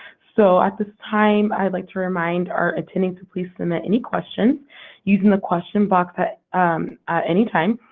so, at this time, i'd like to remind our attendees to please, submit any questions using the question box at any time.